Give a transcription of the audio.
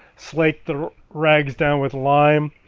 slate the rags down with lime.